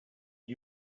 did